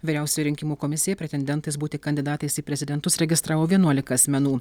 vyriausioji rinkimų komisija pretendentais būti kandidatais į prezidentus registravo vienuolika asmenų